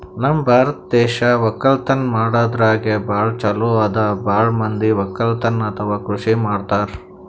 ನಮ್ ಭಾರತ್ ದೇಶ್ ವಕ್ಕಲತನ್ ಮಾಡದ್ರಾಗೆ ಭಾಳ್ ಛಲೋ ಅದಾ ಭಾಳ್ ಮಂದಿ ವಕ್ಕಲತನ್ ಅಥವಾ ಕೃಷಿ ಮಾಡ್ತಾರ್